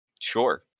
Sure